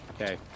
Okay